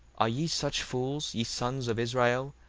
are ye such fools, ye sons of israel,